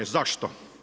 Zašto?